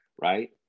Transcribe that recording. right